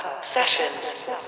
Sessions